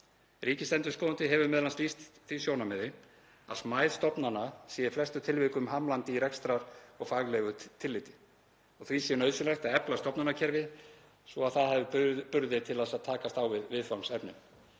Ríkisendurskoðandi hefur m.a. lýst því sjónarmiði að smæð stofnana sé í flestum tilvikum hamlandi í rekstrar- og faglegu tilliti og því sé nauðsynlegt að efla stofnanakerfið svo það hafi burði til að takast á við viðfangsefnin.